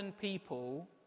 people